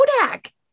Kodak